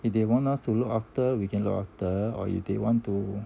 if they want us to look after we can look after or if they want to